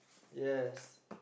yes